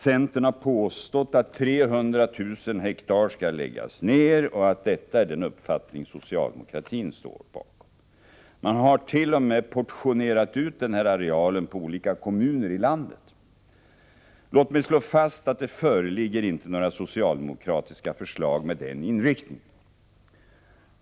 Centern har påstått att 300 000 hektar skall läggas ner och att detta är den uppfattning socialdemokratin står bakom. Man har t.o.m. portionerat ut denna areal på olika kommuner i landet. Låt mig slå fast att det inte föreligger några socialdemokratiska förslag med den inriktningen.